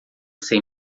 sem